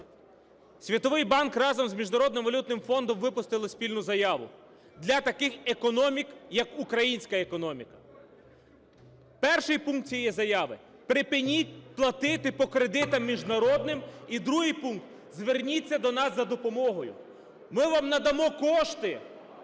валютним фондом випустили спільну заяву для таких економік, як українська економіка. Перший пункт цієї заяви: "Припиніть платити по кредитам міжнародним". І другий пункт: "Зверніться до нас за допомогою. Ми вам надамо кошти,